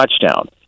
touchdown